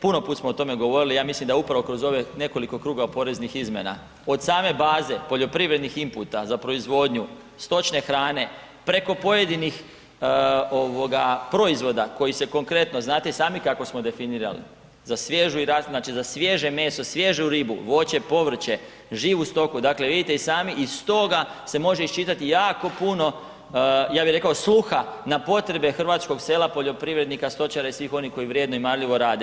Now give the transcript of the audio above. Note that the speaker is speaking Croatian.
Puno puta smo o tome govorili i ja mislim da upravo kroz ove nekoliko krugova poreznih izmjena od same baze poljoprivrednih imputa za proizvodnju stočne hrane, preko pojedinih proizvoda koji se konkretno znate i sami kako smo definirali za svježe meso, svježu ribu, voće, povrće, živu stoku dakle vidite i sami iz toga se može iščitati jako puno, ja bih rekao sluha na potrebe hrvatskog sela, poljoprivrednika, stočara i svih onih koji vrijedno i marljivo rade.